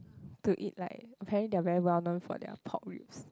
to eat like apparently they're very well known for their pork ribs